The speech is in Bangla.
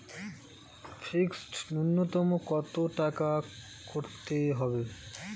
ফিক্সড নুন্যতম কত টাকা করতে হবে?